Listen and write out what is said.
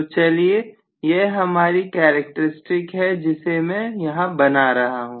तो चलिए यह हमारी कैरेक्टरिस्टिक है जिसे मैं यहां बना रहा हूं